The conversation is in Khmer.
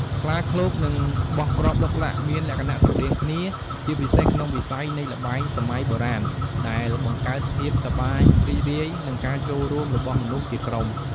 ខ្លាឃ្លោក និង បោះគ្រាប់ឡុកឡាក់ មានលក្ខណៈស្រដៀងគ្នា ជាពិសេសក្នុងវិស័យនៃល្បែងសម័យបុរាណដែលបង្កើតភាពសប្បាយរីករាយ និងការចូលរួមរបស់មនុស្សជាក្រុម។